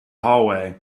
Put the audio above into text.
hallway